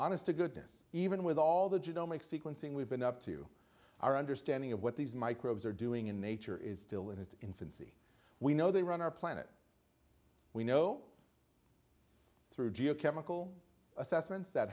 honest to goodness even with all the genomic sequencing we've been up to our understanding of what these microbes are doing in nature is still in its infancy we know they run our planet we know through geochemical assessments that